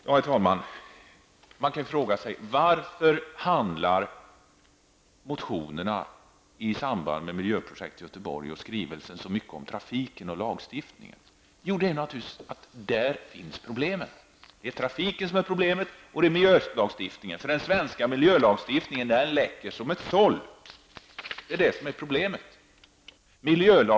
Herr talman! Man kan undra varför motionerna i samband med Miljöprojekt Göteborg och den aktuella skrivelsen så mycket handlar om trafiken och lagstiftningen. Svaret blir naturligtvis att det är på dessa områden som problemen finns. Det är alltså trafiken och miljölagstiftningen som är problemet. Den svenska miljölagstiftningen läcker nämligen som ett såll.